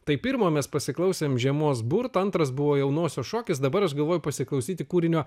tai pirmo mes pasiklausėm žiemos burto antras buvo jaunosios šokis dabar aš galvoju pasiklausyti kūrinio